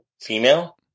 female